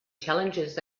challenges